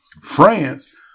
France